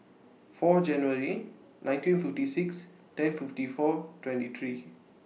four January nineteen fifty six ten fifty four twenty three